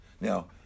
Now